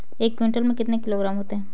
एक क्विंटल में कितने किलोग्राम होते हैं?